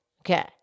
Okay